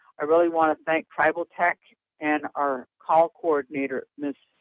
i really want to thank tribal tech and our call coordinator ms.